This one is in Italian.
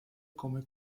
come